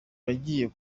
wagiye